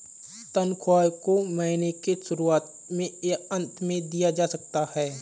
तन्ख्वाह को महीने के शुरुआत में या अन्त में दिया जा सकता है